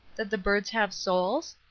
that the birds have souls?